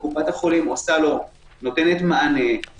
וקופת החולים נותנת מענה,